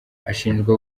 ashinjwa